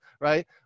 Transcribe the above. right